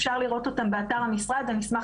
אפשר לראות אותם באתר המשרד ואני אשמח